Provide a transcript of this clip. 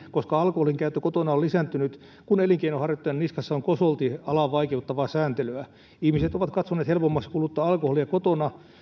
koska alkoholinkäyttö kotona on lisääntynyt kun elinkeinonharjoittajan niskassa on kosolti alaa vaikeuttavaa sääntelyä ihmiset ovat katsoneet helpommaksi kuluttaa alkoholia kotona